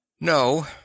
No